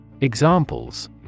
Examples